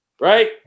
Right